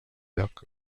lloc